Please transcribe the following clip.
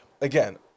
again